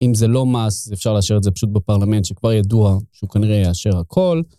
אם זה לא מס אפשר לאשר את זה פשוט בפרלמנט שכבר ידוע שהוא כנראה יאשר הכל.